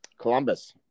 Columbus